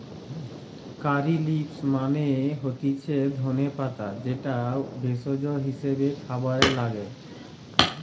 কারী leaves মানে হতিছে ধনে পাতা যেটা ভেষজ হিসেবে খাবারে লাগে